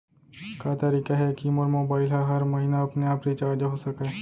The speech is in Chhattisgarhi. का तरीका हे कि मोर मोबाइल ह हर महीना अपने आप रिचार्ज हो सकय?